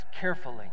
carefully